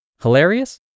Hilarious